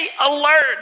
alert